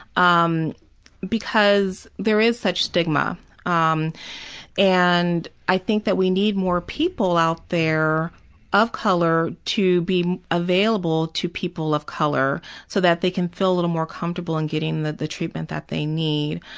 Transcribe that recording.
um because there is such stigma um and i think that we need more people out there of color to be available to people of color so that they can feel a little more comfortable in getting the treatment that they need.